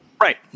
right